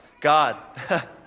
God